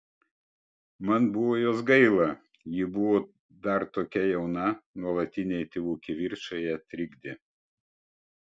man buvo jos gaila ji buvo dar tokia jauna nuolatiniai tėvų kivirčai ją trikdė